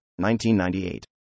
1998